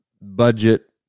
budget